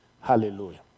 Hallelujah